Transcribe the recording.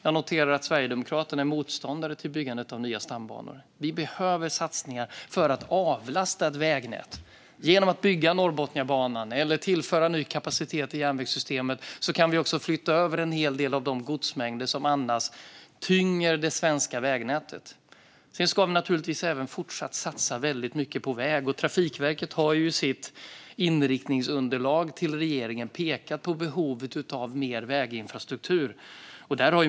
Jag noterar att Sverigedemokraterna är motståndare till byggandet av nya stambanor. Men vi behöver satsningar för att avlasta vägnätet. Genom att bygga Norrbotniabanan eller tillföra ny kapacitet i järnvägssystemet kan vi också flytta över en hel del av de godsmängder som annars tynger det svenska vägnätet. Vi ska givetvis också fortsätta att satsa mycket på väg. Trafikverket har i sitt inriktningsunderlag till regeringen pekat på behovet av mer väginfrastruktur.